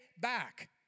back